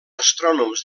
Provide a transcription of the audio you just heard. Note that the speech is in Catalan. astrònoms